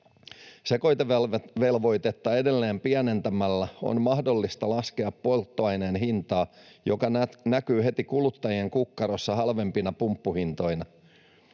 Sekoitevelvoitetta edelleen pienentämällä on mahdollista laskea polttoaineen hintaa, mikä näkyy heti kuluttajien kukkarossa halvempina pumppuhintoina.